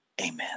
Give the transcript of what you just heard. Amen